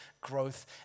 growth